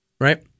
Right